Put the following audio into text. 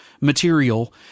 material